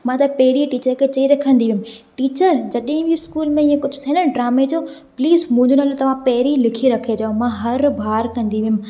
मां त पहिरीं ई टीचर खे चई रखंदी हुयमि टीचर जॾहिं बि स्कूल में ईअं कुझु थिए न ड्रामे जो प्लीज़ मुंहिंजे नालो तव्हां पहिरीं लिखी रखिजो मां हर बार कंदी हुयमि